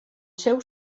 seu